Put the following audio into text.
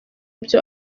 byo